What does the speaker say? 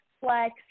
flex